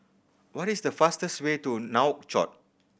what is the fastest way to Nouakchott